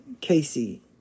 Casey